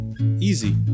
Easy